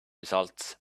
results